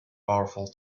powerful